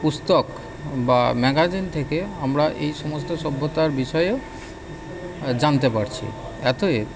পুস্তক বা ম্যাগাজিন থেকে আমরা এই সমস্ত সভ্যতার বিষয়েও জানতে পারছি অতয়েব